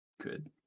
Good